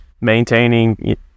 maintaining